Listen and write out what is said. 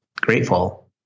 grateful